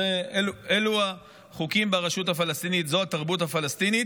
אלו החוקים ברשות הפלסטינית, זו התרבות הפלסטינית.